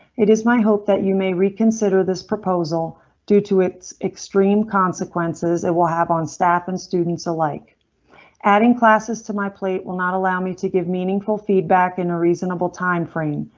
it is my hope that you may reconsider this proposal due to its extreme consequences it will have on staff and students alike adding classes to my plate will not allow me to give meaningful feedback in a reasonable timeframe.